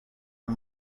and